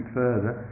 further